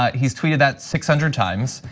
ah he's tweeted that six hundred times.